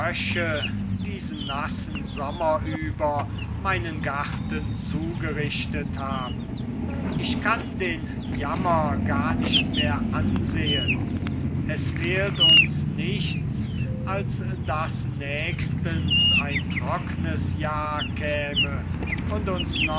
diesen sommer über meinen garten zugerichtet haben ich kann den jammer gar nicht mehr ansehen es fehlt uns nichts als daß nächstens ein trocknes jahr käme und uns